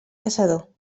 caçador